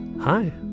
Hi